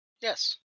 Yes